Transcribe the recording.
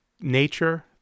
nature